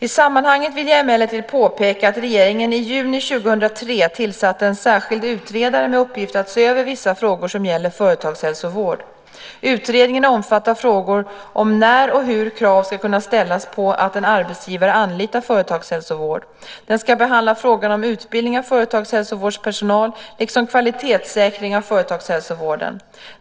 I sammanhanget vill jag emellertid påpeka att regeringen i juni 2003 tillsatte en särskild utredare med uppgift att se över vissa frågor som gäller företagshälsovård. Utredningen omfattar frågor om när och hur krav ska kunna ställas på att en arbetsgivare anlitar företagshälsovård. Den ska behandla frågan om utbildning av företagshälsovårdspersonal, liksom kvalitetssäkring av företagshälsovården.